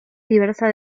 diversa